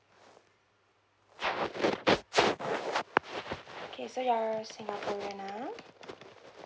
okay so you're a singaporean ah